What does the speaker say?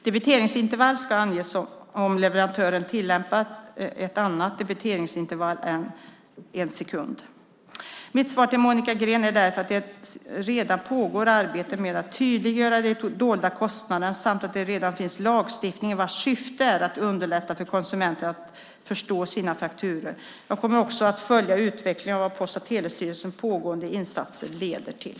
Debiteringsintervall ska anges om leverantören tillämpar ett annat debiteringsintervall än en sekund. Mitt svar till Monica Green är därför att det redan pågår arbete med att tydliggöra de dolda kostnaderna samt att det redan finns lagstiftning vars syfte är att underlätta för konsumenterna att förstå sina fakturor. Jag kommer också att följa utvecklingen och vad Post och telestyrelsens pågående insatser leder till.